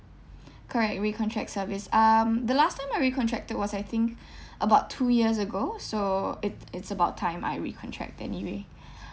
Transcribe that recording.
correct recontract service um the last time I recontracted was I think about two years ago so it it's about time I recontract anyway